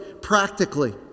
practically